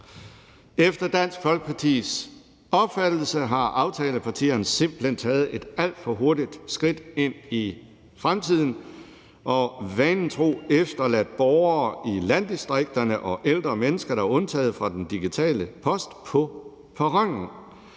Efter Dansk Folkepartis opfattelse har aftalepartierne simpelt hen taget et alt for hurtigt skridt ind i fremtiden og vanen tro efterladt borgere i landdistrikterne og ældre mennesker, der er undtaget fra den digitale post, på perronen.